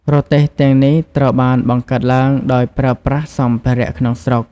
រទេះទាំងនេះ ត្រូវបានបង្កើតឡើងដោយប្រើប្រាស់សម្ភារៈក្នុងស្រុក។